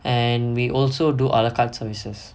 and we also do a la carte services